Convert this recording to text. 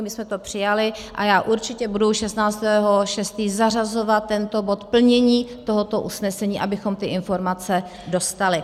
My jsme to přijali a já určitě budu 16. 6. zařazovat tento bod, plnění tohoto usnesení, abychom ty informace dostali.